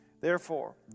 Therefore